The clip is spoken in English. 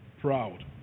proud